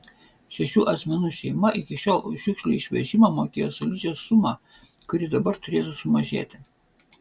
šešių asmenų šeima iki šiol už šiukšlių išvežimą mokėjo solidžią sumą kuri dabar turėtų sumažėti